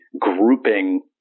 grouping